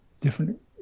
different